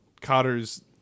Cotter's